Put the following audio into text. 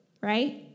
right